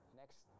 next